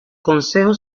consejo